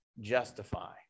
justify